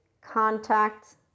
contact